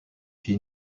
fit